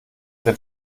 denn